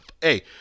hey